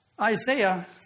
Isaiah